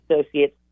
associates